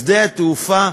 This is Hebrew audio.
בשדה-התעופה,